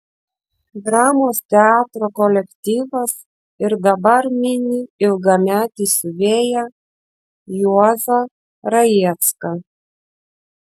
dramos teatro kolektyvas ir dabar mini ilgametį siuvėją juozą rajecką